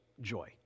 joy